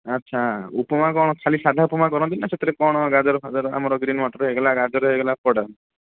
ଆଚ୍ଛା ଉପମା କ'ଣ ଖାଲି ସାଧା ଉପମା କରନ୍ତି ସେଥିରେ କ'ଣ ଗାଜର ଫାଜର ଆମର ଗ୍ରୀନ ମଟର ହେଇଗଲା ଗାଜର ହୋଇଗଲା ପଡ଼େ